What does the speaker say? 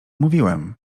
mówiłem